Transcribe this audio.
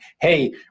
hey